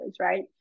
right